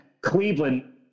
Cleveland